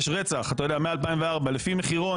לפי מחירון,